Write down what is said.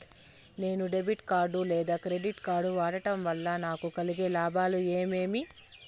నేను debit card లేదా credit card వాడడం వల్ల నాకు కలిగే లాభాలు ఏమేమీ?